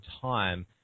time